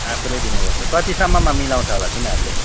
आफूलाई दिनुपर्छ कतिसम्ममा मिलाउँछ होला तिनीहरूले